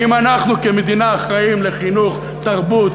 האם אנחנו כמדינה אחראים לחינוך, לתרבות,